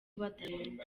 badahembwa